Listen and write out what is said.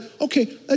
okay